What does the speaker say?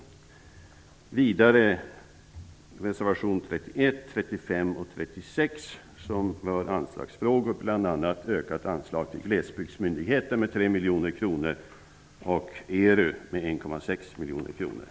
Vidare yrkar jag bifall till res. 31,